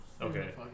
Okay